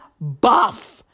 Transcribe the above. buff